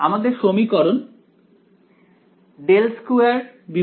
আমাদের সমীকরণ ∂2∂r2G হয়ে যায়